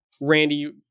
Randy